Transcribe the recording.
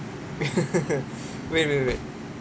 wait wait wait